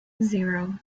zero